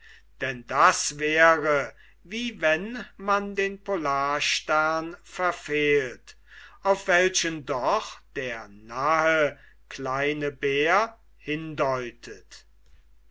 denn das wäre wie wenn man den polarstern verfehlt auf welchen doch der nahe kleine bär hindeutet